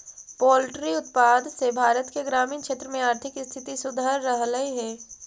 poultry उत्पाद से भारत के ग्रामीण क्षेत्र में आर्थिक स्थिति सुधर रहलई हे